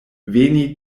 veni